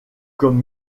comme